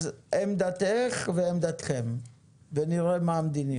אז עמדתך ועמדתכם ונראה מה המדיניות.